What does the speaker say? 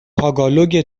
تاگالوگ